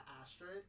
Astrid